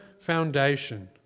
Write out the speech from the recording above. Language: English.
foundation